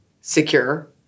secure